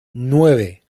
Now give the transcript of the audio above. nueve